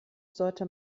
sollte